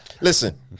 Listen